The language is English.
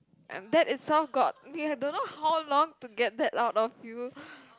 and that itself got we have don't know how long to get that out of you